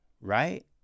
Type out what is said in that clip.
Right